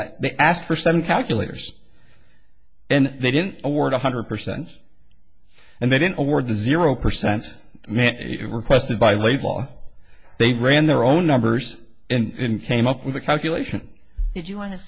that they asked for seven calculators and they didn't award one hundred percent and they didn't award the zero percent mitt requested by laidlaw they ran their own numbers and came up with the calculation if you w